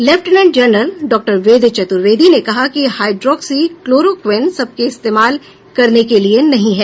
lieutenant general doctor Ved Chaturvedi ने कहा कि हाइड्रोक्सीक्लोरोक्विन सबके इस्तेमाल करने के लिए नहीं है